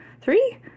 three